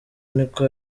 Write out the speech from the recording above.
niko